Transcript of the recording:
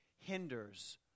hinders